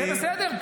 זה בסדר.